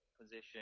position